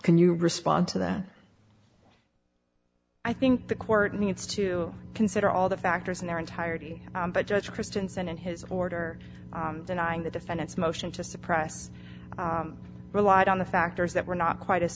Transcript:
you respond to that i think the court needs to consider all the factors in their entirety but judge christensen and his order denying the defendant's motion to suppress relied on the factors that were not quite as